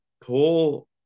Paul